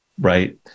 right